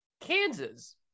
Kansas